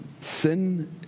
sin